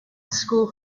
school